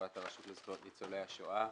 לטובת הרשות לזכויות ניצולי השואה,